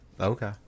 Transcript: Okay